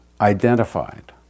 identified